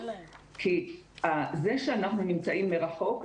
כי זה שאנחנו נמצאים מרחוק,